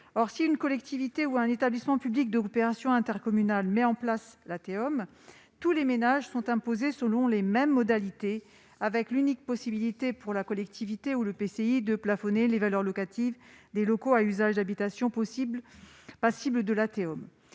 Or si une collectivité ou un établissement public de coopération intercommunale met en place la TEOM, tous les ménages sont imposés selon les mêmes modalités, avec l'unique possibilité pour la collectivité ou l'EPCI de plafonner les valeurs locatives des locaux à usage d'habitation passibles de la TEOM.